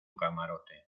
camarote